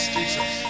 Jesus